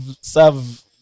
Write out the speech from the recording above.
serve